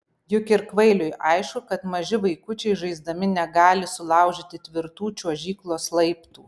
juk ir kvailiui aišku kad maži vaikučiai žaisdami negali sulaužyti tvirtų čiuožyklos laiptų